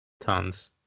Tons